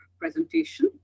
presentation